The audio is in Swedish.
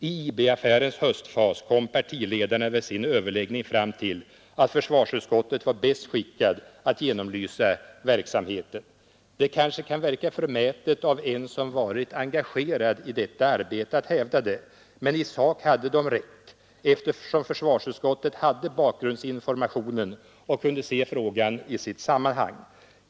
I IB-affärens höstfas kom partiledarna vid sin överläggning fram till att försvarsutskottet var bäst skickat att genomlysa verksamheten. Det kanske kan verka förmätet av den som varit engagerad i detta arbete att hävda det, men i sak hade de rätt, eftersom försvarsutskottet hade bakgrundsinformationen och kunde se frågan i sitt sammanhang.